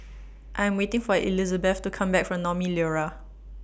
I'm waiting For Elisabeth to Come Back from Naumi Liora